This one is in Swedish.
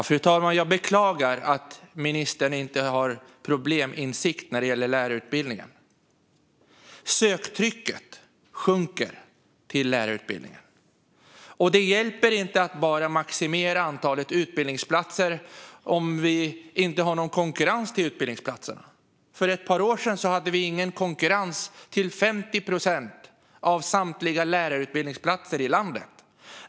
Fru talman! Jag beklagar att ministern inte har probleminsikt när det gäller lärarutbildningen. Söktrycket till lärarutbildningen sjunker. Det hjälper inte att maximera antalet utbildningsplatser om det inte är någon konkurrens om dem. För ett par år sedan var det ingen konkurrens om 50 procent av samtliga lärarutbildningsplatser i landet.